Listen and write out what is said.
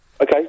Okay